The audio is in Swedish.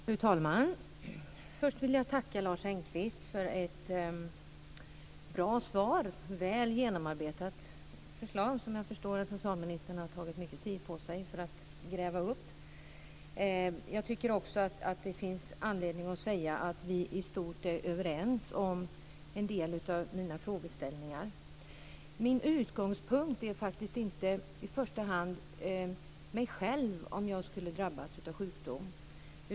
Fru talman! Först vill jag tacka Lars Engqvist för ett bra svar. Det är ett väl genomarbetat förslag, som jag förstår att socialministern har tagit mycket tid på sig för att gräva upp. Jag tycker också att det finns anledning att säga att vi i stort sett är överens om en del av mina frågeställningar. Min utgångspunkt är faktiskt inte i första hand jag själv, om jag skulle drabbas av sjukdom.